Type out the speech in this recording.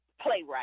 playwright